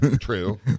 true